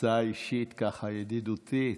עצה אישית, ככה, ידידותית: